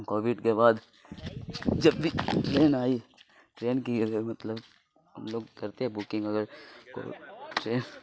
Covid کے بعد جب بھی ٹرین آئی ٹرین کیے تھے مطلب ہم لوگ کرتے ہیں بکنگ اگر ٹرین